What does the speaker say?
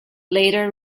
later